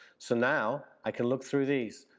so now, i can look through these.